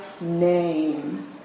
name